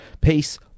Peace